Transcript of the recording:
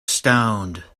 stoned